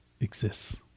exists